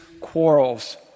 quarrels